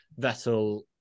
Vettel